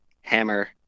hammer